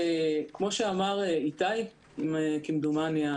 כמו שאמר איתי כמדומני,